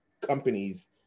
companies